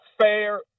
fair